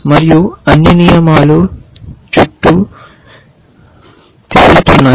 మరియు అన్ని నియమాలు చుట్టూ తేలుతున్నాయి